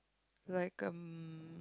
like um